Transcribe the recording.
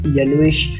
yellowish